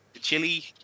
chili